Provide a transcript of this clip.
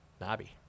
Nobby